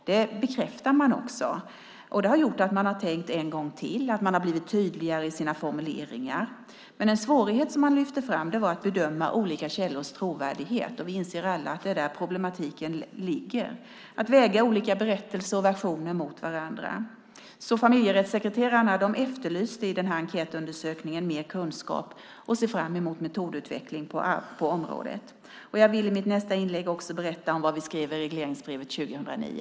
Det har gjort att man har tänkt en gång till och blivit tydligare i sina formuleringar. En svårighet man lyfter fram är att bedöma olika källors trovärdighet. Vi inser alla att det är där problemen ligger, det vill säga att väga olika berättelser och versioner mot varandra. Familjerättssekreterarna efterlyste i enkätundersökningen mer kunskap, och de ser fram emot metodutveckling på området. I mitt nästa inlägg vill jag berätta om vad vi skrev i regleringsbrevet för 2009.